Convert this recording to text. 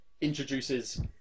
introduces